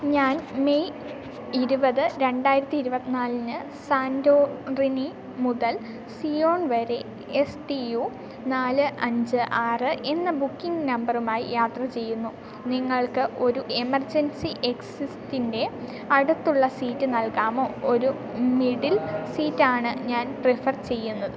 ഞാൻ മേയ് ഇരുപത് രണ്ടായിരത്തി ഇരുപത്തിനാലിന് സാന്റോ റിനി മുതൽ സിയോൺ വരെ എസ് ടി യു നാല് അഞ്ച് ആറ് എന്ന ബുക്കിങ് നമ്പറുമായി യാത്രചെയ്യുന്നു നിങ്ങൾക്ക് ഒരു എമർജൻസി എക്സിസ്റ്റിൻ്റെ അടുത്തുള്ള സീറ്റ് നൽകാമോ ഒരു മിഡിൽ സീറ്റ് ആണ് ഞാൻ പ്രിഫർ ചെയ്യുന്നത്